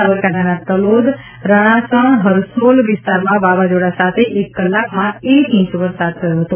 સાબરકાંઠાના તલોદ રણાસણ હરસોલ વિસ્તારમાં વાવાઝોડા સાથે એક કલાકમાં એક ઈચ વરસાદ થયો હતો